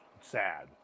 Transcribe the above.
sad